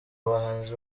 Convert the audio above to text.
bahanzi